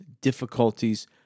difficulties